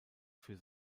für